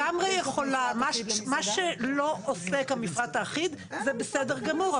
מה שלא עוסק המפרט האחיד זה בסדר גמור.